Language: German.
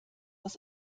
aus